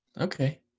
okay